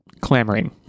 clamoring